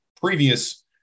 previous